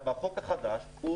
בחוק החדש,